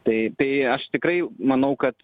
tai tai aš tikrai manau kad